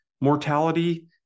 mortality